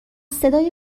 صدای